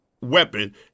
weapon